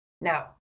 Now